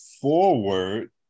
forward